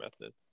method